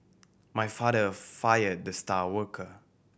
my father fire the star worker